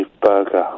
burger